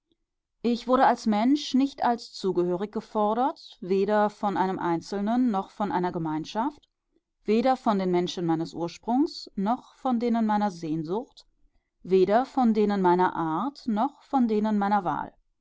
ich wurde als mensch nicht als zugehörig gefordert weder von einem einzelnen noch von einer gemeinschaft weder von den menschen meines ursprungs noch von denen meiner sehnsucht weder von denen meiner art noch von denen meiner wahl